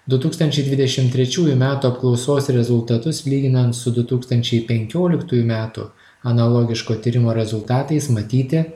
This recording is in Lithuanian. du tūkstančiai dvidešim trečiųjų metų apklausos rezultatus lyginant su du tūkstančiai penkioliktųjų metų analogiško tyrimo rezultatais matyti